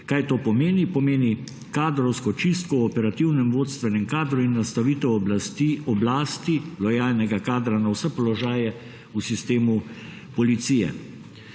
Kaj to pomeni? Pomeni kadrovsko čistko operativnem vodstvenem kadru in nastavitev oblasti lojalnega kadra na vse položaje v sistemu policije.